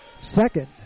second